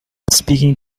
speaking